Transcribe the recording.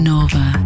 Nova